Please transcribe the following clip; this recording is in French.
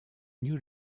new